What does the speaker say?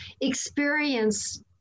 experience